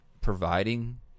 providing